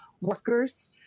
workers